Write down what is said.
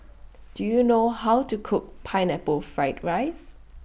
Do YOU know How to Cook Pineapple Fried Rice